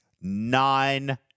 nine